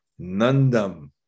Nandam